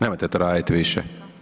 Nemojte to raditi više.